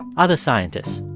other scientists.